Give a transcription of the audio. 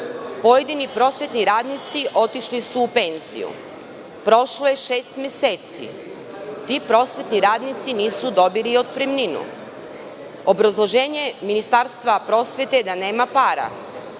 pojedini prosvetni radnici otišli su u penziji. Prošlo je šest meseci i ti prosvetni radnici nisu dobili otpremninu. Obrazloženje Ministarstvo prosvete je da nema para.